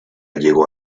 llegó